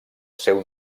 seu